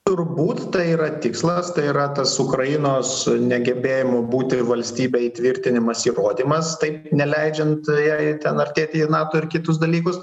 turbūt tai yra tikslas tai yra tas ukrainos negebėjimo būti valstybe įtvirtinimas įrodymas taip neleidžiant jai ten artėti į nato ir kitus dalykus